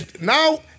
Now